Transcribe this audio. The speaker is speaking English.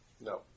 No